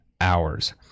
hours